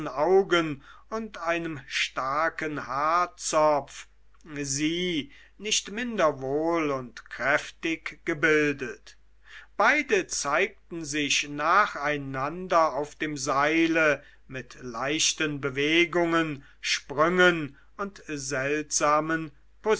augen und einem starken haarzopf sie nicht minder wohl und kräftig gebildet beide zeigten sich nacheinander auf dem seile mit leichten bewegungen sprüngen und seltsamen